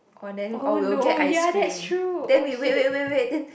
oh then oh we will get ice cream then we wait wait wait wait